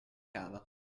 cava